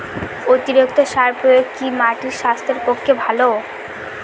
অতিরিক্ত সার প্রয়োগ কি মাটির স্বাস্থ্যের পক্ষে ভালো?